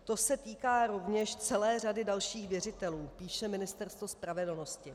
To se týká rovněž celé řady dalších věřitelů, píše Ministerstvo spravedlnosti.